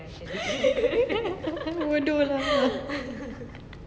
bodoh lah